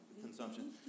consumption